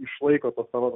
išlaiko tuos savo